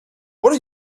what